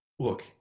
Look